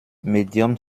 medium